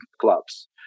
clubs